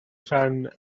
ran